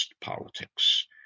politics